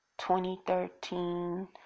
2013